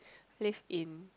live in